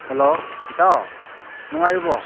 hello ꯏꯇꯥꯎ ꯅꯨꯡꯉꯥꯏꯔꯤꯕꯣ